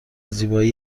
زیبایی